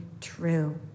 true